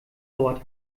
dort